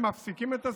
הם מפסיקים את הסיוע,